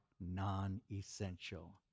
non-essential